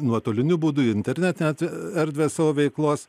nuotoliniu būdu į internetinę erdvę savo veiklos